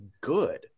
good